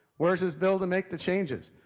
where's his bill to make the changes?